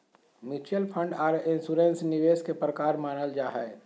mutual fund आर insurance निवेश के प्रकार मानल जा हय